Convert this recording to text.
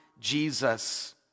Jesus